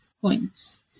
points